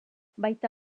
baita